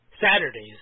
Saturdays